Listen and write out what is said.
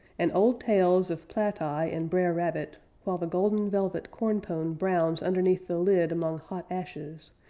and old tales of plateye and bre'r rabbit while the golden-velvet cornpone browns underneath the lid among hot ashes,